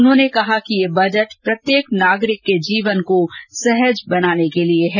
उन्होंने कहा कि यह बजट प्रत्येक नागरिक के जीवन को सहज बनाने के लिए है